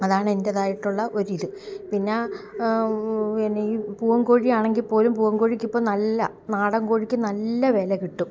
അതാണ് എൻറ്റേതായിട്ടുള്ള ഒരിത് പിന്നെ പിന്നീ പൂവൻ കോഴിയാണെങ്കിൽപ്പോലും പൂവൻ കോഴിക്കിപ്പം നല്ല നാടൻ കോഴിയ്ക്ക് നല്ല വില കിട്ടും